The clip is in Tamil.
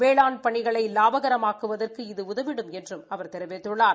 வேளாண் பணிகளை லாபகரமாக்குவதற்கு இது உதவிடும் என்றும் அவர் தெரிவித்துள்ளார்